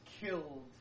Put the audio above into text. killed